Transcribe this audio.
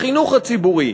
החינוך הציבורי,